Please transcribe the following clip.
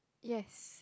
yes